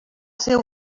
seu